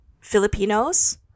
Filipinos